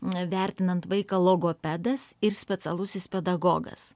n vertinant vaiką logopedas ir specialusis pedagogas